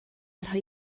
rhoi